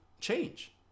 change